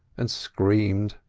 and screamed.